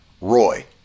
Roy